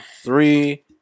three